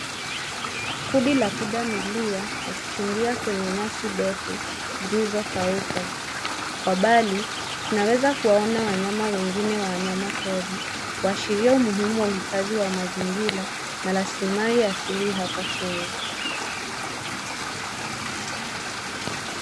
Kundi la pundmilia wakichungia kwenye nyasi ndfu zilizokauka. Kwa mbali tunaweza kuwaona wanyama wengine wanyamapori kuashiria umuhimu wa uhifadhi wa mazingira na rasilimali asili hapa Kenya.